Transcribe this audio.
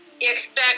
expect